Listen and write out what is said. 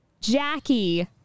Jackie